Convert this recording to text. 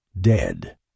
dead